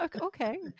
Okay